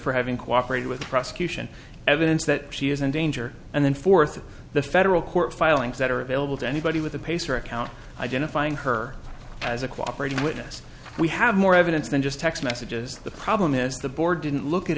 for having cooperated with the prosecution evidence that she is in danger and then fourth the federal court filings that are available to anybody with a pacer account identifying her as a cooperation witness we have more evidence than just text messages the problem is the board didn't look at